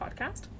podcast